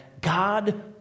God